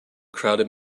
crowded